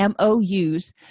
MOUs